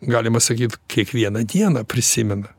galima sakyt kiekvieną dieną prisimena